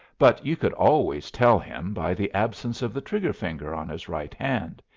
but you could always tell him by the absence of the trigger finger on his right hand.